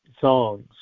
songs